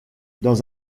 dans